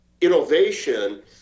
innovation